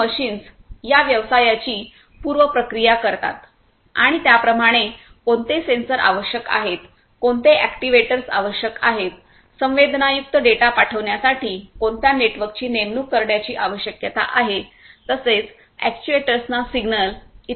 ही machines या व्यवसायाची पूर्व प्रक्रिया करतात आणि त्याप्रमाणे कोणते सेन्सर आवश्यक आहेत कोणते एक्टिवे टर्स आवश्यक आहेत संवेदनायुक्त डेटा पाठविण्यासाठी कोणत्या नेटवर्कची नेमणूक करण्याची आवश्यकता आहे तसेच अॅक्ट्युएटर्सना सिग्नल इ